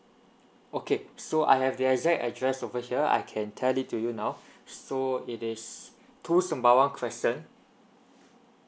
okay so I have the exact address over here I can tell it to you now so it is two sembawang crescent